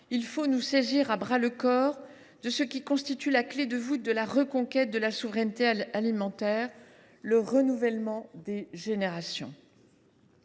il faut nous saisir à bras le corps de ce qui constitue la clé de voûte de la reconquête de notre souveraineté alimentaire : le renouvellement des générations.